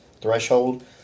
threshold